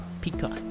Peacock